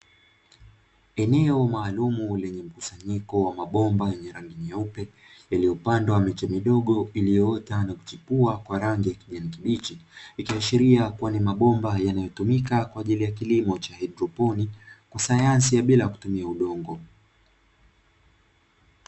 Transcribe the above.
Eneo maalumu lenye mkusanyiko wa mabomba yenye rangi nyeupe yaliyopandwa miche midogo iliyoota na kuchipua kwa rangi ya kijani kibichi, ikiashiria kuwa ni mabomba yanayotumika kwa ajili ya kilimo cha haidroponi cha sayansi ya bila kutumia udongo.